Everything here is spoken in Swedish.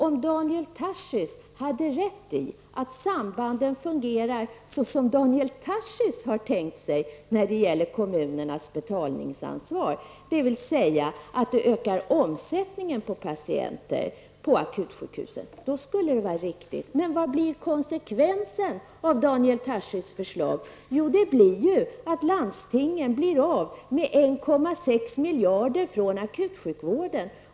Om Daniel Tarschys hade rätt i att sambanden fungerar såsom Daniel Tarschys har tänkt sig när det gäller kommunernas betalningsansvar, dvs. att det ökar omsättningen på patienter på akutsjukhuset, skulle resonemanget vara riktigt. Men vad blir konsekvensen av Daniel Tarschys förslag? Det blir att landstingen blir av med 1,6 miljarder kronor från akutsjukvården.